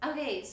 Okay